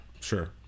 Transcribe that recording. sure